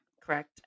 correct